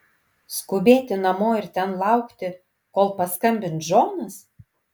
skubėti namo ir ten laukti kol paskambins džonas